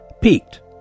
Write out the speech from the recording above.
peaked